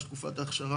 כשתקופת ההכשרה,